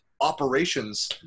operations